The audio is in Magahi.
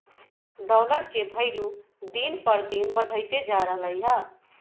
डॉलर के भइलु दिन पर दिन बढ़इते जा रहलई ह